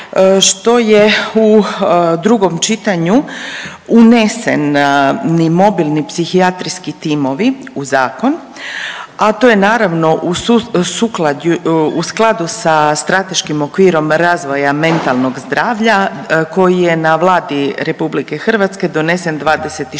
što je u drugom čitanju uneseni mobilni psihijatrijski timovi u zakon, a to je naravno u skladu sa strateškim okvirom razvoja mentalnog zdravlja koji je na Vladi Republike Hrvatske donesen 26.1.